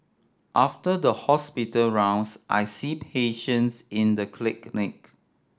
after the hospital rounds I see patients in the